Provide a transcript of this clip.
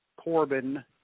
Corbin